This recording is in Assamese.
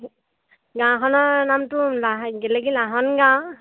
গাঁওখনৰ নামটো লাহন গেলেকী লাহন গাঁও